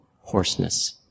hoarseness